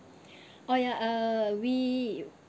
oh ya uh we